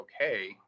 okay